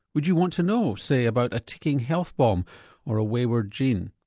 would you want to know, say, about a ticking health bomb or a wayward gene?